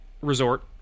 resort